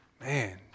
Man